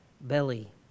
belly